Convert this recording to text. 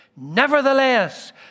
Nevertheless